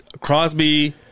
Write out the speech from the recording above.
Crosby